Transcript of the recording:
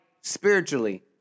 spiritually